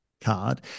card